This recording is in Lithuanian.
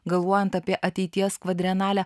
galvojant apie ateities kvadrenalę